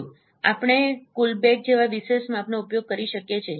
આપણે કુલબેક જેવા વિશેષ માપનો ઉપયોગ કરી શકીએ છીએ